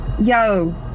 Yo